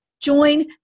join